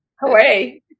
hooray